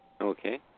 Okay